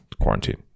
quarantine